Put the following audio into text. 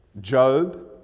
Job